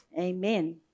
Amen